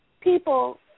people